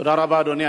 תודה רבה, אדוני.